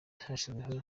hashyizweho